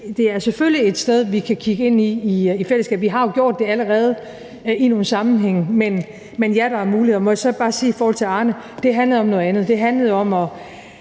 det er selvfølgelig et sted, vi kan kigge ind i i fællesskab – vi har jo gjort det allerede i nogle sammenhænge. Men ja, der er muligheder. Må jeg så bare sige i forhold til Arnepensionen, at det handlede om noget andet.